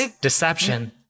deception